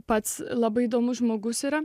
pats labai įdomus žmogus yra